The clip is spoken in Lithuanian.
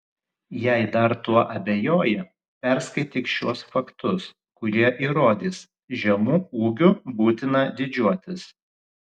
jei dar tuo abejoji perskaityk šiuos faktus kurie įrodys žemu ūgiu būtina didžiuotis